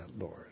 Lord